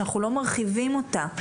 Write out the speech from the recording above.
שאנחנו לא מרחיבים אותה,